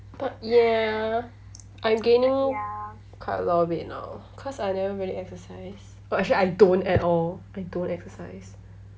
but ya I'm gaining quite a lot of weight now cause I never really exercise or actually I don't at all I don't exercise